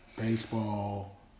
Baseball